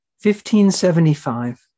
1575